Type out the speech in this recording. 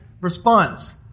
response